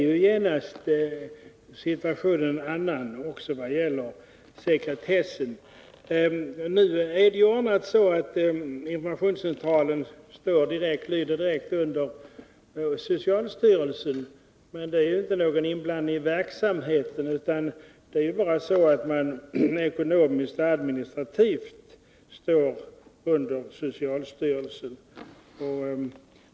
Då är situationen en annan och sekretessen i fara. Giftinformationscentralen lyder t. v. direkt under socialstyrelsen. Det innebär inte någon inblandning i centralens verksamhet, utan betyder bara att institutionen ekonomiskt och administrativt står under socialstyrelsen.